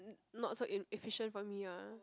n~ not so in efficient for me ah